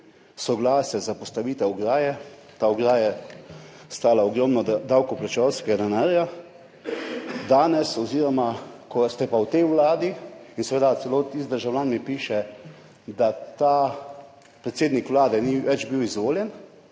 soglasje za postavitev ograje. Ta ograja stala ogromno davkoplačevalskega denarja. Danes oziroma, ko ste pa v tej Vladi in seveda celo tisti državljani piše, da ta predsednik Vlade ni več bil izvoljen